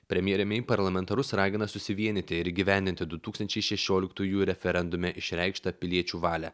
premjeriniai parlamentarus ragina susivienyti ir įgyvendinti du tūkstančiai šešioliktųjų referendume išreikštą piliečių valią